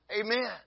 amen